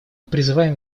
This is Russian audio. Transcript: призываем